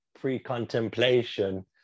pre-contemplation